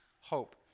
hope